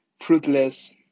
Fruitless